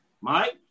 Mike